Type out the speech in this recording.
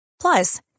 Plus